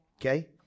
okay